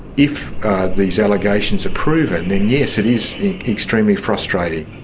if these allegations are proven, then yes, it is extremely frustrating.